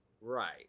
Right